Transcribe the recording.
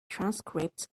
transcripts